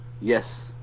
Yes